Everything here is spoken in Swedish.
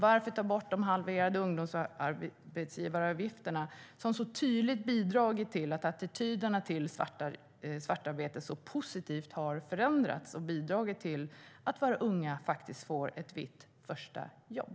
Varför ta bort de halverade ungdomsarbetsgivaravgifterna, som så tydligt bidragit till att attityderna till svartarbete har förändrats så positivt och bidragit att våra unga faktiskt får ett vitt första jobb?